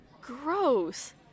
Gross